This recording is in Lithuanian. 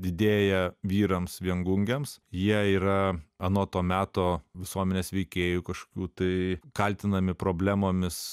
didėja vyrams viengungiams jie yra anot to meto visuomenės veikėjų kažkokių tai kaltinami problemomis